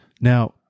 Now